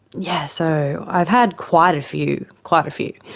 yes, so i've had quite a few, quite a few.